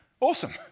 awesome